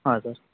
हां सर